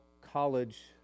college